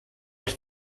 els